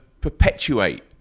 perpetuate